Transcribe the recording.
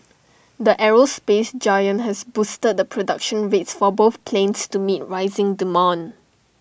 the aerospace giant has boosted the production rates for both planes to meet rising demand